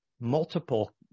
multiple